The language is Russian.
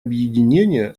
объединения